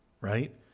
Right